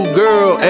girl